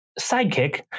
sidekick